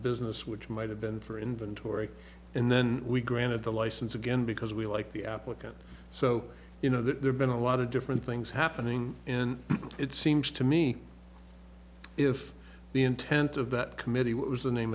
business which might have been for inventory and then we granted the license again because we like the applicant so you know there's been a lot of different things happening in it seems to me if the intent of that committee what was the name